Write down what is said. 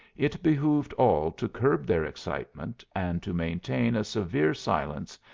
it behooved all to curb their excitement and to maintain a severe silence,